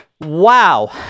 Wow